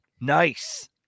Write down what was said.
nice